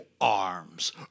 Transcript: arms